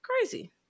Crazy